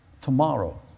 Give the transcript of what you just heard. tomorrow